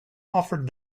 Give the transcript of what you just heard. offered